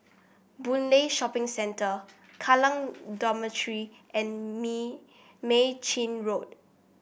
Boon Lay Shopping Centre Kallang Dormitory and Me Mei Chin Road